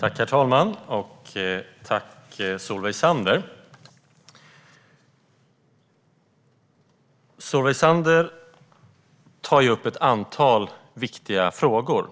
Herr talman! Solveig Zander tar upp ett antal viktiga frågor.